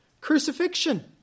crucifixion